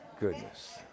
goodness